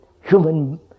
human